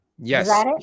yes